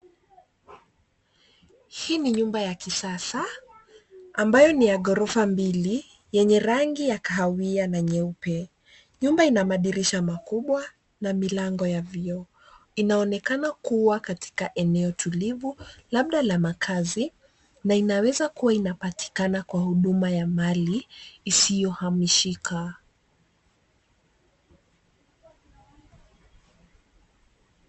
Hii ni nyumba ya kisasa ambayo ni ya ghorofa mbili, yenye rangi ya kahawia na nyeupe. Nyumba ina madirisha makubwa na milango ya vioo. Inaonekana kuwa katika eneo tulivu, labda la makazi na inaweza kuwa inapatikana kwa huduma ya mali isiyohamishika.